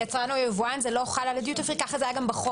יצרן או יבואן זה לא חל על הדיוטי פרי כך היה גם בחוק.